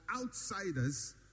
outsiders